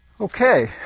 Okay